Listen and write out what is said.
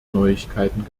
neuigkeiten